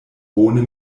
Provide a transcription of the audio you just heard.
bone